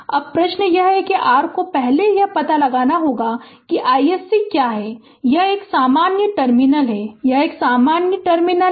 अब प्रश्न यह है कि r को पहले यह पता लगाना होगा कि iSC क्या है कि यह एक सामान्य टर्मिनल है यह एक सामान्य टर्मिनल है